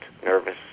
nervous